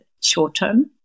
short-term